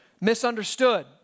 misunderstood